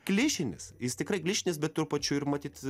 klišinis jis tikrai klišinis bet tuo pačiu ir matyt